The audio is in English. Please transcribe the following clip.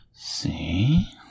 See